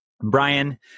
Brian